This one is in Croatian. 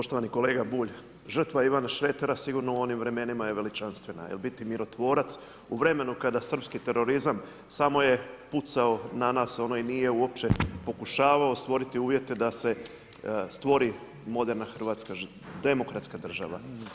Poštovani kolega Bulj, žrtva Ivana Šretera sigurno u onim vremenima je veličanstvena jer biti mirotvorac u vremenu kada srpski terorizam samo je pucao na nas, onaj nije uopće pokušavao stvoriti uvjete da se stvori moderna Hrvatska demokratska država.